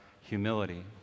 humility